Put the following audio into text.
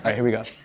ah here we go.